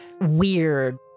weird